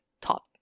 top